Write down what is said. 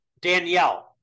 Danielle